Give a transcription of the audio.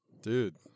Dude